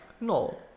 No